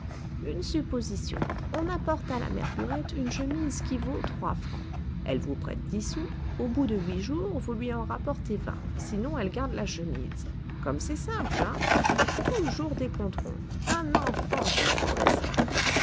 une supposition on apporte à la mère burette une chemise qui vaut trois francs elle vous prête dix sous au bout de huit jours vous lui en rapportez vingt sinon elle garde la chemise comme c'est simple hein toujours des comptes ronds un enfant comprendrait ça